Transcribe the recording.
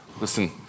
Listen